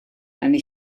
eine